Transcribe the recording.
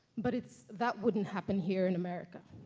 but it's, that wouldn't happen here in america.